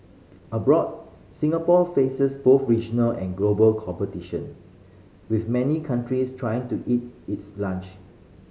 abroad Singapore faces both regional and global competition with many countries trying to eat its lunch